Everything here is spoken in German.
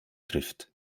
trifft